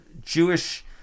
Jewish